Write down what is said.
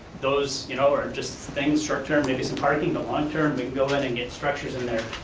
those you know are just things short-term, maybe some parking in the long-term. maybe go ahead and get structures in there,